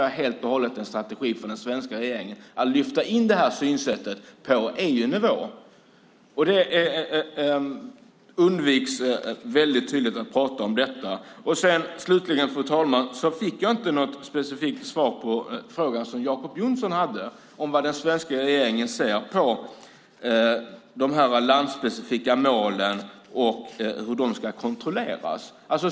Jag saknar dock helt en strategi från den svenska regeringen att lyfta in det här synsättet på EU-nivå. Det undviker man väldigt tydligt att prata om. Slutligen, fru talman, fick vi inte något specifikt svar på den fråga som Jacob Johnson ställde om hur den svenska regeringen ser på de landsspecifika målen och hur de ska kontrolleras.